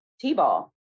t-ball